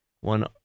One